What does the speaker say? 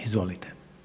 Izvolite.